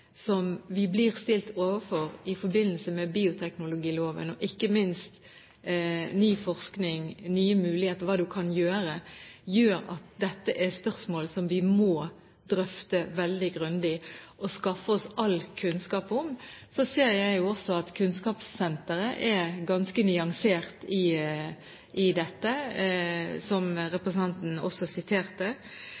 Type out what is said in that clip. vi blir stilt overfor i forbindelse med bioteknologiloven og ikke minst ny forskning, nye muligheter for hva man kan gjøre, gjør at dette er spørsmål som vi må drøfte veldig grundig og skaffe oss all kunnskap om. Så ser jeg jo også at Kunnskapssenteret er ganske nyansert når det gjelder dette, som